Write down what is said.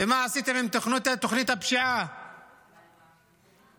ומה עשיתם עם תוכנית הפשיעה 549?